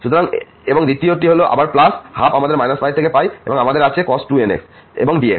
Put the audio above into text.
সুতরাং এবং দ্বিতীয়টি হল প্লাস আবার 12 আমাদের -π থেকে এবং আমাদের আছে cos 2nx এবং dx